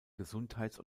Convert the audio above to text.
gesundheits